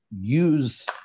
use